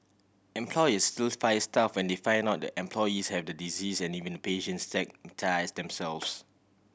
employers still fire staff when they find out the employees have the disease and even the patients stigmatise themselves